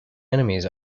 enemies